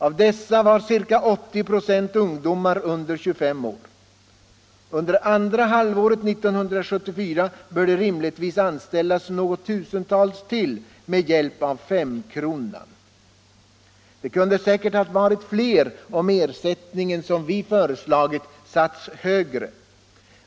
Av dessa var ca 80 926 ungdomar under 25 år. Under andra halvåret 1974 bör det rimligtvis ha anställts ytterligare något tusental med hjälp av femkronan. Det kunde säkert ha varit fler om ersättningen, som vi föreslagit, satts högre.